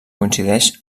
coincideix